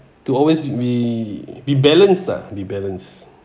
to always be be balanced ah be balanced